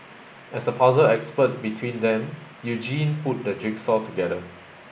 as the puzzle expert between them Eugene put the jigsaw together